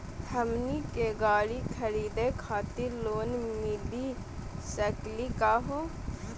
हमनी के गाड़ी खरीदै खातिर लोन मिली सकली का हो?